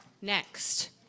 Next